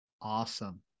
Awesome